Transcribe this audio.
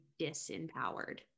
disempowered